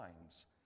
times